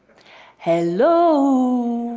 hello.